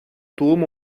doğum